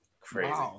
crazy